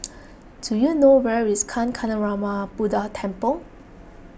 do you know where is Kancanarama Buddha Temple